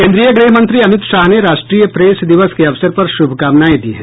केन्द्रीय गृहमंत्री अमित शाह ने राष्ट्रीय प्रेस दिवस के अवसर पर शुभकामनाएं दी हैं